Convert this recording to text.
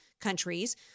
countries